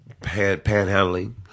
panhandling